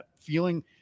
feeling